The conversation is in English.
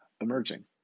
emerging